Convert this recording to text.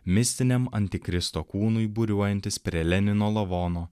mistiniam antikristo kūnui būriuojantis prie lenino lavono